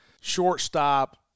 shortstop